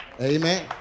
amen